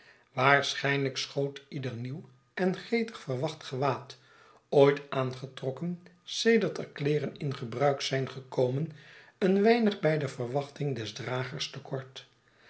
waarschijnlijk schoot ieder nieuw en gretig verwacht gewaad ooit aangetrokken sedert er kleeren in gebruik zijn gekomen een weinig bij de verwachting des dragers